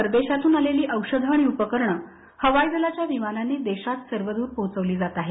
परदेशातून आलेली औषधं आणि उपकरण हवाई दलाच्या विमानांनी देशात सर्वदूर पोहोचवली जात आहेत